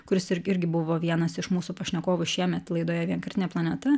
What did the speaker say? kuris ir irgi buvo vienas iš mūsų pašnekovų šiemet laidoje vienkartinė planeta